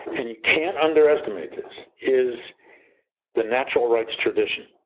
and you can't underestimate this, is the natural rights tradition.